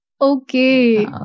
Okay